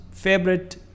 favorite